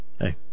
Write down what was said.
hey